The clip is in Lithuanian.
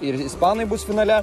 ir ispanai bus finale